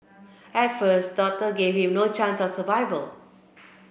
at first doctor gave him no chance of survival